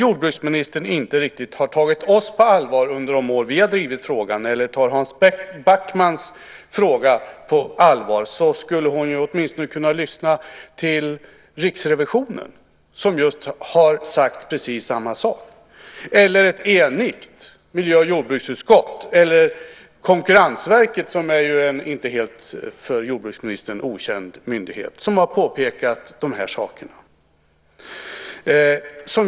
Om jordbruksministern inte riktigt har tagit oss på allvar under de år vi har drivit frågan eller tar Hans Backmans fråga på allvar, skulle hon åtminstone kunna lyssna på Riksrevisionen, på ett enigt miljö och jordbruksutskott eller på Konkurrensverket, som är en inte helt okänd myndighet för jordbruksministern, som har påpekat dessa saker.